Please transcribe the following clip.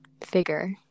figure